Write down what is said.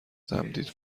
تمدید